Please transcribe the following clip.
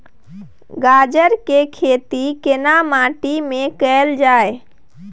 गाजर के खेती केना माटी में कैल जाए?